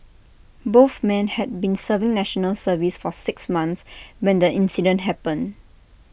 both men had been serving National Service for six months when the incident happened